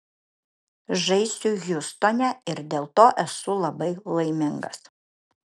žaisiu hjustone ir dėl to esu labai laimingas